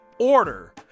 order